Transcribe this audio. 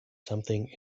something